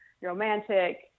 romantic